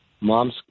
Mom's